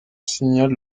signale